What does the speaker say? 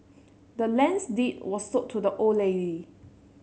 the land's deed was sold to the old lady